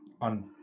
on